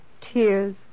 tears